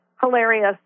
hilarious